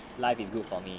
life is good for me